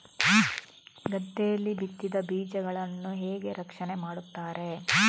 ಗದ್ದೆಯಲ್ಲಿ ಬಿತ್ತಿದ ಬೀಜಗಳನ್ನು ಹೇಗೆ ರಕ್ಷಣೆ ಮಾಡುತ್ತಾರೆ?